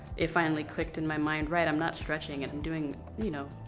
it finally clicked in my mind, right, i'm not stretching and i'm doing, you know.